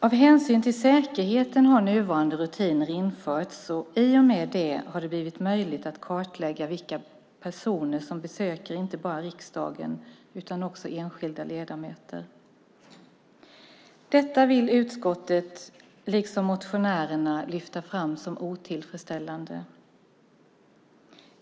Av hänsyn till säkerheten har nuvarande rutiner införts. I och med det har det blivit möjligt att kartlägga vilka personer som besöker inte bara riksdagen utan också enskilda ledamöter. Detta vill utskottet liksom motionärerna lyfta fram som otillfredsställande.